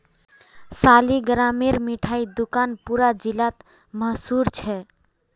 सालिगरामेर मिठाई दुकान पूरा जिलात मशहूर छेक